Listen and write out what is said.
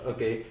Okay